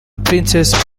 princess